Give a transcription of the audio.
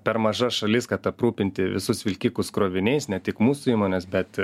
per maža šalis kad aprūpinti visus vilkikus kroviniais ne tik mūsų įmonės bet